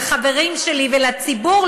לחברים שלי ולציבור,